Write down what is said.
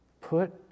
Put